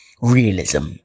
realism